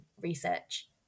research